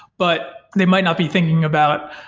but they might not be thinking about,